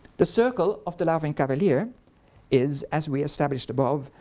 the circle of the laughing cavalier is, as we established above,